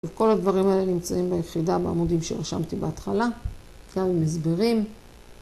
כל הדברים האלה נמצאים ביחידה בעמודים שרשמתי בהתחלה, גם עם הסברים.